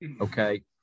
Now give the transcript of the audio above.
Okay